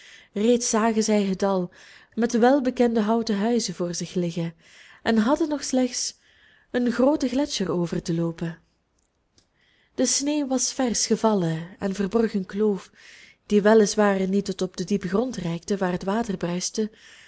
reeds zagen zij het dal met de welbekende houten huizen voor zich liggen en hadden nog slechts een grooten gletscher over te loopen de sneeuw was versch gevallen en verborg een kloof die wel is waar niet tot op den diepen grond reikte waar het water bruiste